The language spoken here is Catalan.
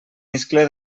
iscle